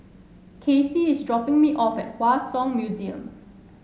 Kacy is dropping me off at Hua Song Museum